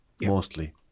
mostly